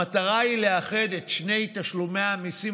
המטרה היא לאחד את שני תשלומי המיסים